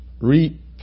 reap